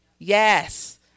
Yes